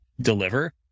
deliver